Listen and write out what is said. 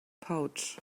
pouch